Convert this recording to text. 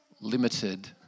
limited